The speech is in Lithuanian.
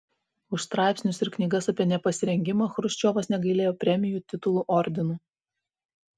už straipsnius ir knygas apie nepasirengimą chruščiovas negailėjo premijų titulų ordinų